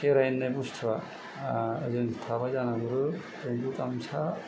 खेराइनाय बुस्थुआ ओजों थाबाय जानागुरु रेनबु गामसा